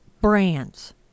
brands